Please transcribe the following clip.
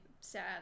sad